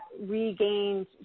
regained